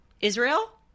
Israel